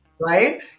Right